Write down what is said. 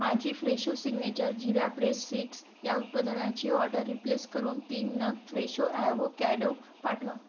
माझी Fresho signature jeera ब्रेस six या उत्पादनाची ऑर्डर रिप्लेस करून तीन नग फ्रेशो ॲव्होकॅडो पाठवा